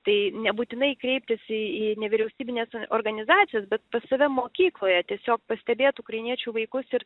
tai nebūtinai kreiptis į į nevyriausybines organizacijas bet pas save mokykloje tiesiog pastebėt ukrainiečių vaikus ir